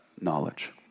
knowledge